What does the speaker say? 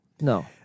No